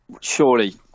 Surely